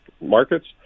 markets